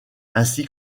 ainsi